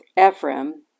Ephraim